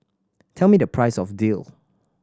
tell me the price of daal